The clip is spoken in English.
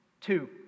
Two